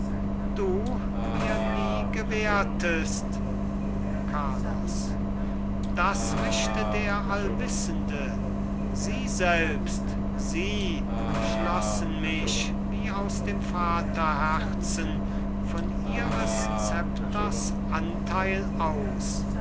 du mir nie gewährtest carlos das richte der allwissende sie selbst sie schlossen mich wie aus dem vaterherzen von ihres zepters anteil aus